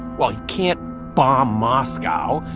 well, he can't bomb moscow.